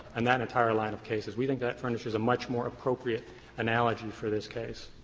and that entire line of cases. we think that furnishes a much more appropriate analogy for this case.